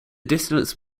distance